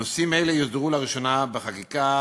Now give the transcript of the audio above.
נושאים אלו יוסדרו לראשונה בחקיקה.